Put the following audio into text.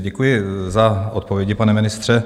Děkuji za odpovědi, pane ministře.